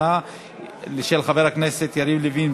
של חברי הכנסת יריב לוין,